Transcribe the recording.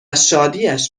شادیش